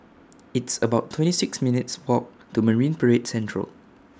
It's about twenty six minutes' Walk to Marine Parade Central